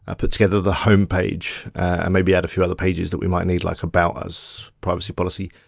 ah put together the home page maybe add a few other pages that we might need like about us, privacy policy,